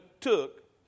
took